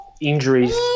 injuries